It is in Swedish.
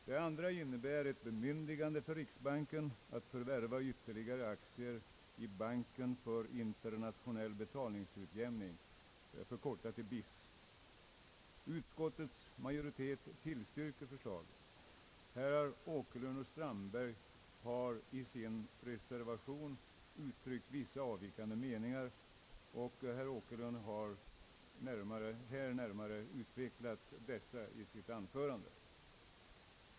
Det andra innebär ett bemyndigande för riksbanken att förvärva ytterligare aktier i banken för internationell betalningsutjämning, förkortat till BIS. Utskottets majoritet tillstyrker förslagen. Herrar Åkerlund och Strandberg har i sina reservationer uttryckt vissa avvikande meningar, och herr Åkerlund har här närmare utvecklat dem i sitt anförande.